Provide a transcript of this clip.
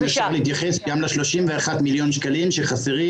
אם אפשר להתייחס גם ל-31 מליוני שקלים שחסרים